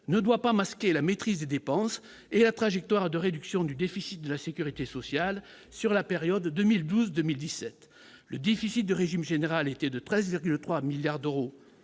ne doit pas masquer la maîtrise des dépenses et à trajectoire de réduction du déficit de la Sécurité sociale, sur la période 2012, 2017, le déficit du régime général était de 13,3 milliards d'euros